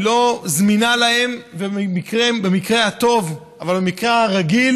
היא לא זמינה להם במקרה הטוב, ובמקרה הרגיל